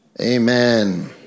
Amen